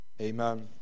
Amen